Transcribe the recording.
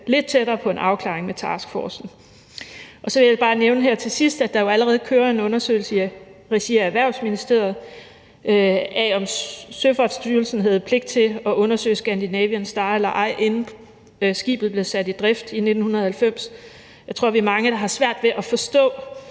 lidt tættere på en afklaring. Så vil jeg bare her til sidst nævne, at der jo allerede kører en undersøgelse i regi af Erhvervsministeriet af, om Søfartsstyrelsen havde pligt til at undersøge »Scandinavian Star« eller ej, inden skibet blev sat i drift i 1990. Jeg tror, vi er mange, der har svært ved at forstå,